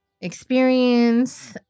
experience